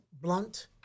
blunt